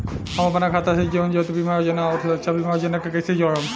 हम अपना खाता से जीवन ज्योति बीमा योजना आउर सुरक्षा बीमा योजना के कैसे जोड़म?